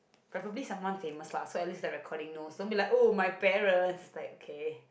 preferably someone famous lah so at least the recording know don't be like oh my parents like okay